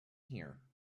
here